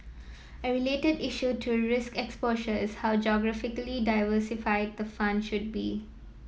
a related issue to risk exposure is how geographically diversified the fund should be